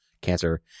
cancer